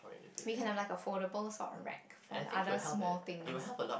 we can have like a foldable sort of rack for the other small things